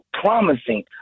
promising